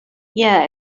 yeah